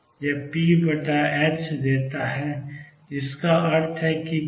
यह p देता है जिसका अर्थ है कि pℏk